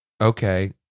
okay